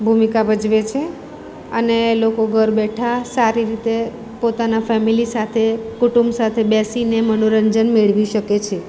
ભૂમિકા ભજવે છે અને લોકો ઘર બેઠા સારી રીતે પોતાના ફેમેલી સાથે કુટુંબ સાથે બેસીને મનોરંજન મેળવી શકે છે